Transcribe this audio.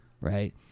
Right